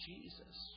Jesus